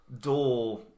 door